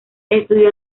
estudió